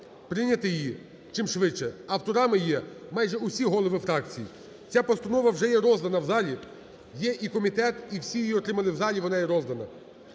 прийняти її чим швидше, авторами є майже усі голови фракцій. Ця постанова вже є роздана в залі, є і комітет, і всі її отримали в залі, вона є роздана.